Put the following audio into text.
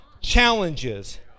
challenges